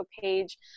page